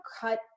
cut